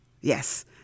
yes